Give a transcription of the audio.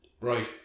right